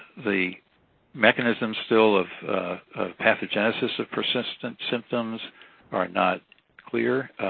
the mechanism, still, of pathogenesis of persistent symptoms are not clear.